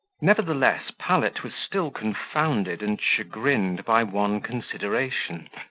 nevertheless, pallet was still confounded and chagrined by one consideration,